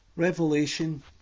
Revelation